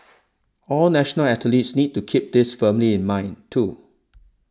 all national athletes need to keep this firmly in mind too